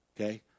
Okay